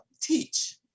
teach